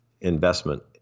investment